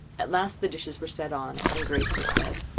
at last the dishes were set on, and grace was said.